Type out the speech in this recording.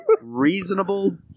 Reasonable